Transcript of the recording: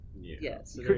yes